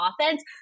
offense